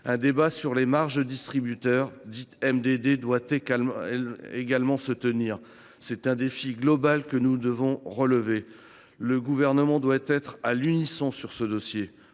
Un débat sur les marques de distributeurs doit aussi se tenir. C’est un défi global que nous devons relever. Le Gouvernement doit être à l’unisson sur ce dossier.